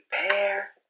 prepare